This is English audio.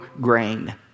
grain